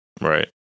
Right